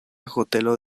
hotelo